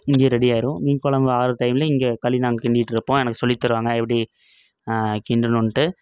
இங்கே ரெடி ஆகிரும் மீன் குழம்பு ஆகிற டைம்லே இங்கே களி நாங்கள் கிண்டிக்கிட்டு இருப்போம் எனக்கு சொல்லி தருவாங்க எப்படி கிண்டணுன்ட்டு